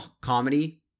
comedy